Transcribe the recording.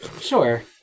Sure